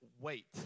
Wait